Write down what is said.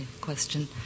question